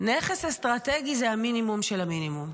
נכס אסטרטגי זה המינימום של המינימום.